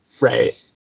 Right